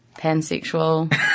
pansexual